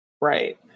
Right